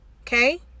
okay